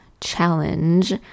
challenge